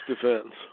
defense